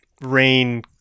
Rain